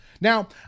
Now